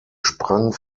sprang